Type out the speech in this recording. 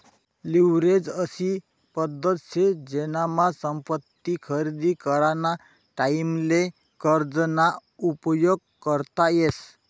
leverage अशी पद्धत शे जेनामा संपत्ती खरेदी कराना टाईमले कर्ज ना उपयोग करता येस